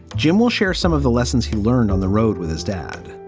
jim will share some of the lessons he learned on the road with his dad.